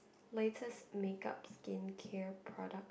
latest makeup skincare product